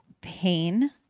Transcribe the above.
pain